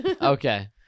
okay